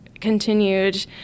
continued